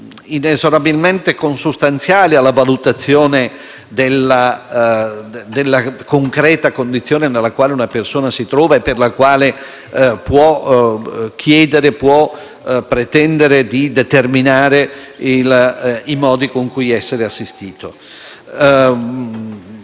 inesorabilmente consustanziali alla valutazione della concreta condizione nella quale una persona si trova e per la quale può pretendere di determinare i modi con cui essere assistita.